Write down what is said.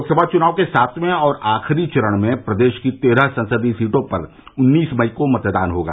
लोकसभा चुनाव के सातवें और आखिरी चरण में प्रदेश की तेरह संसदीय सीटों पर उन्नीस मई को मतदान होगा